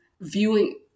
viewing